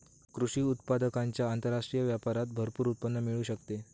कृषी उत्पादकांच्या आंतरराष्ट्रीय व्यापारात भरपूर उत्पन्न मिळू शकते